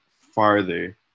farther